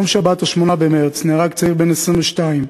ביום שבת 8 במרס נהרג צעיר בן 22,